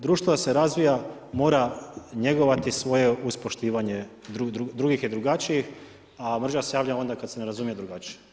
Društvo se razvija, mora njegovati svoje uz poštivanje drugih i drugačijih a mržnja se javlja onda kad se ne razumije drugačije.